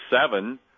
seven